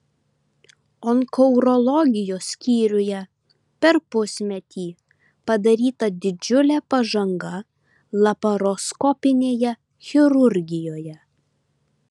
onkourologijos skyriuje per pusmetį padaryta didžiulė pažanga laparoskopinėje chirurgijoje